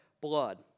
blood